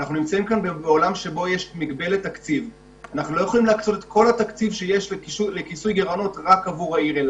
זה אומר שיש לתת את הדעת על תהליך הבידוד שאמור לעבור עובד כזה,